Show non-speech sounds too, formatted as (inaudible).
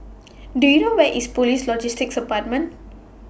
(noise) Do YOU Where IS Police Logistics department